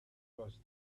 was